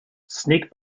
sneak